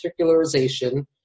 particularization